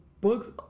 books